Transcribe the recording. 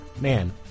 man